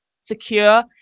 secure